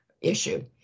issue